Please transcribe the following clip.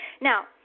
Now